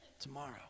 tomorrow